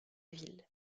ville